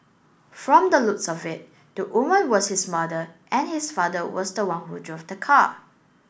from the looks of it the woman was his mother and his father was the one who drove the car